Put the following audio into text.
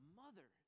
mother